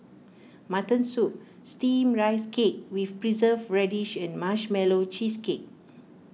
Mutton Soup Steamed Rice Cake with Preserved Radish and Marshmallow Cheesecake